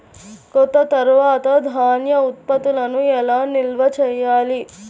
కోత తర్వాత ధాన్య ఉత్పత్తులను ఎలా నిల్వ చేయాలి?